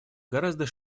гораздо